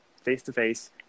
face-to-face